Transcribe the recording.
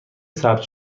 ثبت